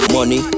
Money